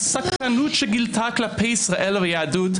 הסקרנות שגילתה כלפי ישראל והיהדות,